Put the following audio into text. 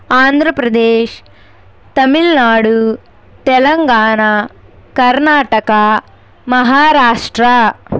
Andhra Pradesh Tamil Nadu Telangana Karnataka Maharashtra